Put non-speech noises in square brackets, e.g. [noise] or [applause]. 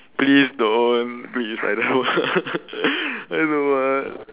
please don't please I never [noise] I don't want